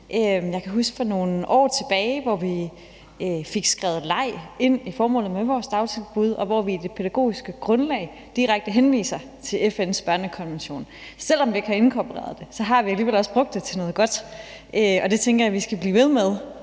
Jeg kan huske, at vi for nogle år siden fik skrevet »leg« ind i formålet med vores dagtilbud, og hvor vi i det pædagogiske grundlag direkte henviser til FN's børnekonvention. Selv om vi ikke har inkorporeret det, har vi alligevel også brugt det til noget godt, og det tænker jeg vi skal blive ved med,